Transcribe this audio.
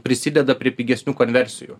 prisideda prie pigesnių konversijų